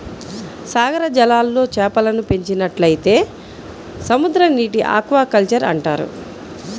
సాగర జలాల్లో చేపలను పెంచినట్లయితే సముద్రనీటి ఆక్వాకల్చర్ అంటారు